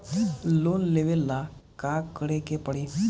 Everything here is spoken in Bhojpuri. लोन लेवे ला का करे के पड़ी?